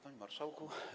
Panie Marszałku!